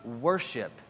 worship